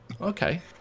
Okay